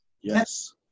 Yes